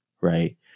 right